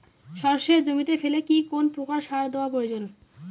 সর্ষে জমিতে ফেলে কি কোন প্রকার সার দেওয়া প্রয়োজন?